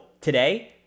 today